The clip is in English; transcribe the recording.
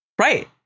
Right